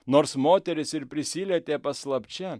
nors moteris ir prisilietė paslapčia